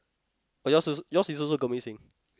oh yours also yours is also Gurmit-Singh